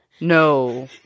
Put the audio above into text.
no